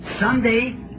someday